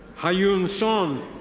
hai-yoon son.